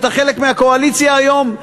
אתה חלק מהקואליציה היום,